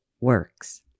works